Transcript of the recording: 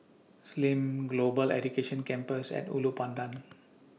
SIM Global Education Campus At Ulu Pandan